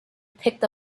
picked